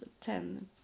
ten